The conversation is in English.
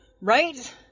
right